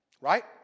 Right